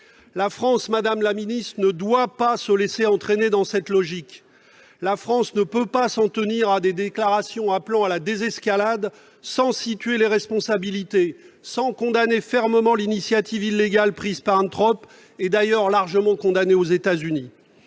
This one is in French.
La France, madame la secrétaire d'État, ne doit pas se laisser entraîner dans cette logique. La France ne peut pas s'en tenir à des déclarations appelant à la désescalade sans situer les responsabilités, sans condamner fermement l'initiative illégale prise par Trump, d'ailleurs largement condamnée aux États-Unis.